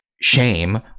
shame